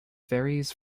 varies